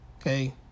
okay